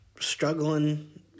struggling